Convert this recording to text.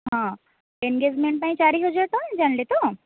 ହଁ ଏନ୍ଗେଜ୍ମେଣ୍ଟ୍ ପାଇଁ ଚାରି ହଜାର ଟଙ୍କା ଜାଣିଲେ ତ